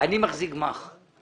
אני מחזיק גמ"ח,